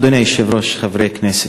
אדוני היושב-ראש, חברי הכנסת,